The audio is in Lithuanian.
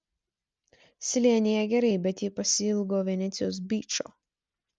slėnyje gerai bet ji pasiilgo venecijos byčo